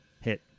Hit